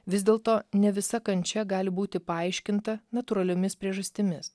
vis dėlto ne visa kančia gali būti paaiškinta natūraliomis priežastimis